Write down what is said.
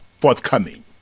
forthcoming